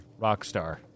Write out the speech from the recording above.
Rockstar